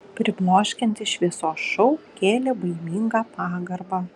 pribloškiantis šviesos šou kėlė baimingą pagarbą